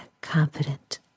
confident